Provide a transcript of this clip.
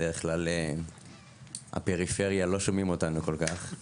בדרך כלל הפריפריה, לא שומעים אותנו כל כך.